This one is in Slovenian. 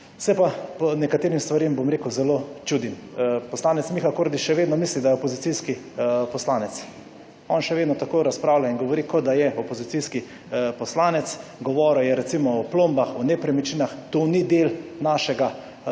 Se pa nekaterim stvarem zelo čudim. Poslanec Miha Kordiš še vedno misli, da je opozicijski poslanec. On še vedno takoj razpravlja in govori kot da je opozicijski poslanec. Govoril je recimo plombah, o nepremičninah. To ni del našega zakona.